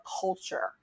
culture